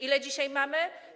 Ile dzisiaj mamy?